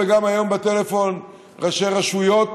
והיום בטלפון גם ראשי רשויות.